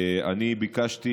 אני ביקשתי